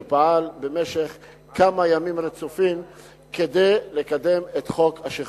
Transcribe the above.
שפעל במשך כמה ימים רצופים כדי לקדם את חוק המאבק בתופעת השכרות.